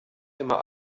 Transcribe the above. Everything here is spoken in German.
immer